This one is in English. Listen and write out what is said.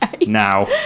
Now